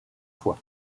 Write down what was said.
fois